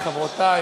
חברותי,